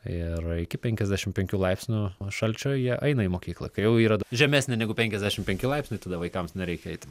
ir iki penkiasdešimt penkių laipsnių šalčio jie eina į mokyklą kai jau yra žemesnė negu penkiasdešm penki laipsniai tada vaikams nereikia eiti